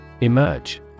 Emerge